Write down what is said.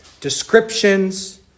descriptions